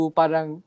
parang